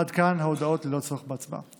עד כאן ההודעות ללא צורך בהצבעה.